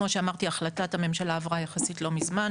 כמו שאמרתי, החלטת הממשלה עברה יחסית לא מזמן.